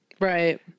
Right